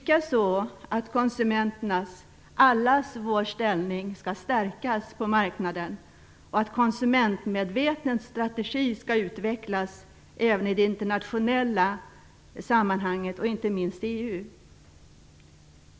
Konsumenternas ställning - dvs. allas vår ställning - skall också stärkas på marknaden, och en konsumentmedveten strategi skall utvecklas även i det internationella sammanhanget, inte minst i EU.